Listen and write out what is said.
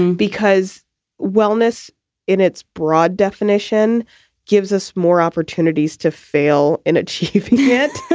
and because wellness in its broad definition gives us more opportunities to fail in achieving it.